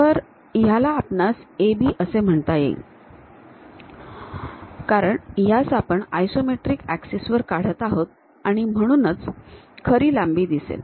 तर याला आपणास AB असे म्हणता येईल कारण यास आपण आयसोमेट्रिक ऍक्सिस वर काढत आहोत आणि म्हणूनच आपणास खरी लांबी दिसेल